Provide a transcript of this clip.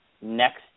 next